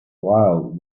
while